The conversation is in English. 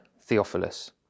Theophilus